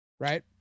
Right